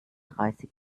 dreißig